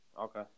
Okay